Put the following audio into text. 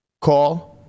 Call